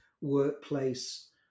workplace